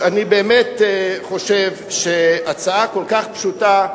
היושב-ראש, אני באמת חושב שהצעה כל כך פשוטה,